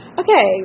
okay